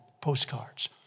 postcards